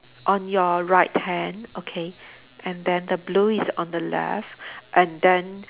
on your right hand okay then the blue is on the left and then